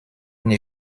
une